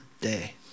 day